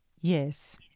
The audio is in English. Yes